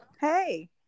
Hey